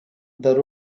the